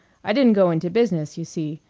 i didn't go into business, you see.